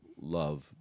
love